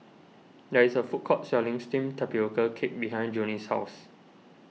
there is a food court selling Steamed Tapioca Cake behind Jonnie's house